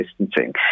distancing